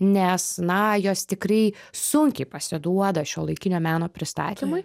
nes na jos tikrai sunkiai pasiduoda šiuolaikinio meno pristatymui